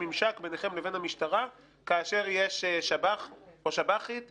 ממשק ביניכם לבין המשטרה כאשר יש שב"ח או שב"חית שמוחזרים?